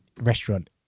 restaurant